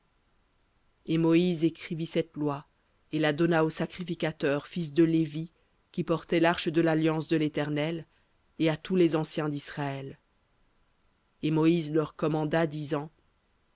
et moïse écrivit cette loi et la donna aux sacrificateurs fils de lévi qui portaient l'arche de l'alliance de l'éternel et à tous les anciens disraël et moïse leur commanda